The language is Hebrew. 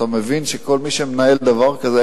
אתה מבין שכל מי שמנהל דבר כזה,